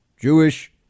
Jewish